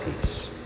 peace